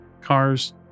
cars